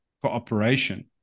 cooperation